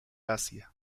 asia